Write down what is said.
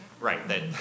Right